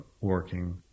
working